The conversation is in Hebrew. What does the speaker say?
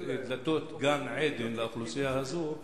דלתות גן-עדן לאוכלוסייה הזו,